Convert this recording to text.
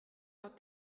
hat